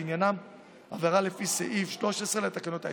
לעניין עבירה לפי סעיף 13 לתקנות העיקריות.